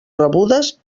rebudes